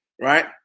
Right